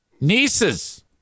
nieces